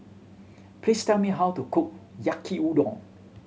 please tell me how to cook Yaki Udon